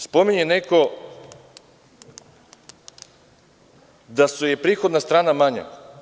Spominje neko da je prihodna strana manja.